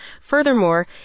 Furthermore